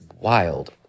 wild